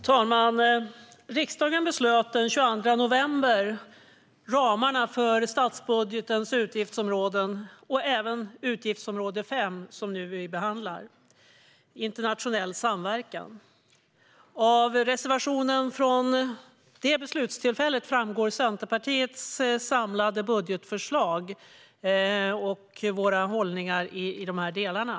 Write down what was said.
Herr talman! Riksdagen beslutade den 22 november ramarna för statsbudgetens utgiftsområden, även för utgiftsområde 5 Internationell samverkan, som vi nu behandlar. Av reservationen från detta beslutstillfälle framgår Centerpartiets samlade budgetförslag och vår hållning i dessa delar.